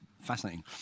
fascinating